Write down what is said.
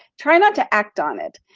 try not to act on it.